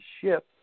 ship